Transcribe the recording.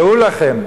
דעו לכם,